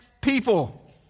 people